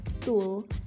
tool